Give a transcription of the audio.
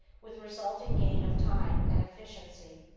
with resulting gain of time and efficiency.